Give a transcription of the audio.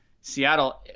Seattle